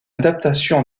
adaptation